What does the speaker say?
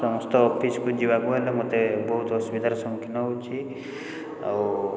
ସମସ୍ତ ଅଫିସ୍କୁ ଯିବାକୁ ହେଲେ ମୋତେ ବହୁତ ଅସୁବିଧାର ସମ୍ମୁଖୀନ ହେଉଛି ଆଉ